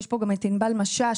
נמצאת פה ענבל משש,